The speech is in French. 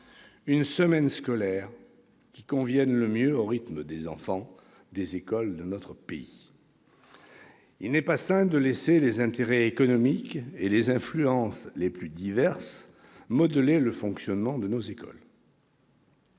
une semaine scolaire qui convienne réellement au rythme des enfants des écoles de notre pays ? Il n'est pas sain de laisser les intérêts économiques et les influences les plus diverses modeler le fonctionnement de nos écoles.